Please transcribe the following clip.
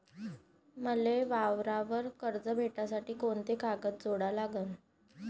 मले वावरावर कर्ज भेटासाठी कोंते कागद जोडा लागन?